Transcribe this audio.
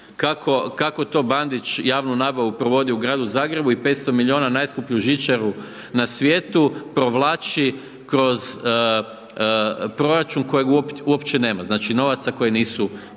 kako to Bandić javnu nabavu provodi u Gradu Zagrebu i 500 miliona najskuplju žičaru na svijetu provlači kroz proračun kojeg uopće nema, znači novaca koji nisu